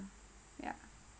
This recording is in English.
ya